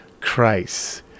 Christ